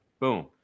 boom